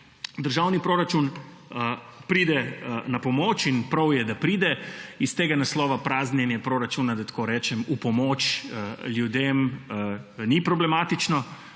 državni proračun pride na pomoč in prav je, da pride. Iz tega naslova praznjenje proračuna, da tako rečem, v pomoč ljudem ni problematično,